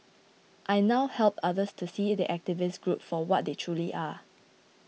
I now help others to see the activist group for what they truly are